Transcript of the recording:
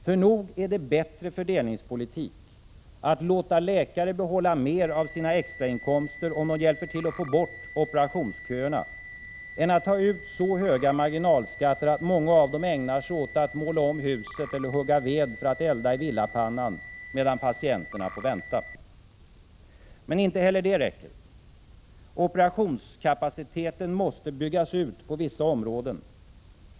För nog är det bättre fördelningspolitik att låta läkare behålla mer av sina extrainkomster, om de hjälper till att få bort operationsköerna, än att ta ut så höga marginalskatter att många av dem ägnar sig åt att måla om huset eller hugga ved för att elda i villapannan, medan patienterna får vänta. Men inte heller det räcker. Operationskapaciteten måste byggas ut på vissa områden.